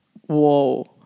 Whoa